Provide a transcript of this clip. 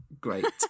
great